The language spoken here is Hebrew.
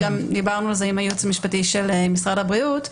וגם דיברנו על זה עם הייעוץ המשפטי של משרד הבריאות,